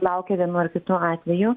laukia vienu ar kitu atveju